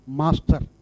master